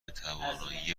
توانایی